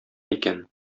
икән